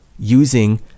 using